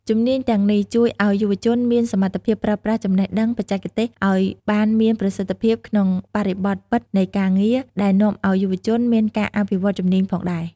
ជំនាញទាំងនេះជួយឲ្យយុវជនមានសមត្ថភាពប្រើប្រាស់ចំណេះដឹងបច្ចេកទេសឱ្យបានមានប្រសិទ្ធភាពក្នុងបរិបទពិតនៃការងារ ដែលនាំអោយយុវជនមានការអភិវឌ្ឍជំនាញផងដែរ។